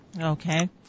Okay